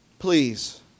Please